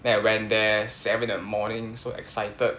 then I went there seven at morning so excited